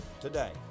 today